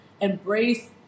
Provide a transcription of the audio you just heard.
embrace